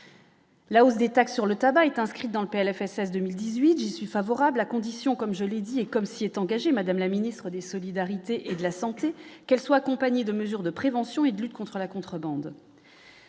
La hausse des taxes sur le tabac est inscrite dans le PLFSS 2018, je suis favorable à condition, comme je l'ai dit et comme s'y est engagé Madame la ministre des solidarités et de la santé, qu'elle soit accompagnée de mesures de prévention et de lutte contre la contrebande,